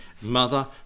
mother